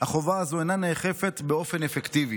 החובה הזו אינה נאכפת באופן אפקטיבי.